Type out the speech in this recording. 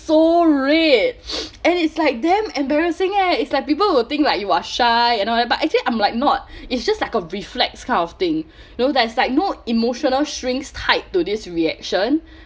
so red and it's like damn embarrassing eh it's like people will think like you are shy and all that but actually I'm like not it's just like a reflex kind of thing you know there's like no emotional shrinks tied to this reaction